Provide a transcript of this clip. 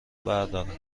بردارم